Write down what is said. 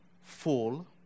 fall